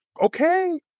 okay